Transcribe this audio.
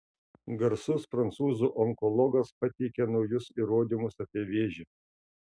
garsus prancūzų onkologas pateikia naujus įrodymus apie vėžį